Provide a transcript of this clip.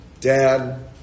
dad